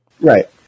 Right